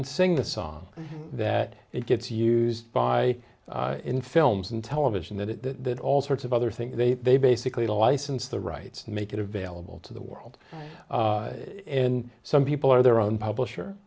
and sing the song that it gets used by in films and television that it that all sorts of other things they they basically license the rights and make it available to the world and some people are their own publisher